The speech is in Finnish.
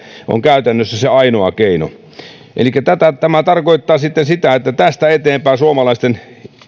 on käytännössä se ainoa keino elikkä tämä tarkoittaa sitten sitä että tästä eteenpäin suomalaisten